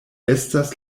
estas